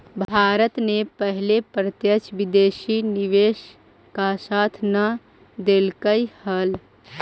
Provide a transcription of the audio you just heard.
भारत ने पहले प्रत्यक्ष विदेशी निवेश का साथ न देलकइ हल